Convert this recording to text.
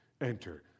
enter